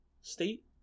state